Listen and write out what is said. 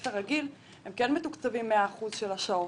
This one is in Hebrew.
ספר רגיל הם כן מתוקצבים 100% של השעות,